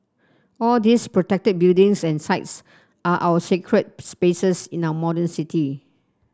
all these protected buildings and sites are our sacred spaces in our modern city